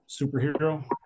superhero